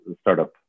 startup